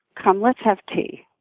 come, let's have tea.